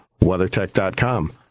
WeatherTech.com